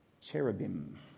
cherubim